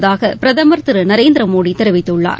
உள்ளதாக பிரதமர்திரு நரேந்திரமோடி தெரிவித்துள்ளார்